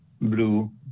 blue